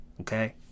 Okay